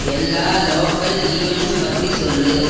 எல்லா local events பற்றி சொல்